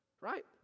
right